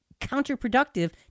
counterproductive